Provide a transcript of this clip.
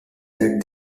that